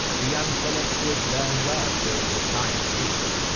the young philip would learn well during his time in thebes,